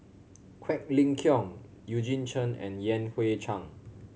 Quek Ling Kiong Eugene Chen and Yan Hui Chang